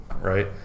right